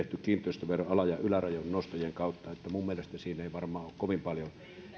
ala ja ylärajojen nostojen kautta niin että minun mielestäni siinä ei varmaan ole kovin paljon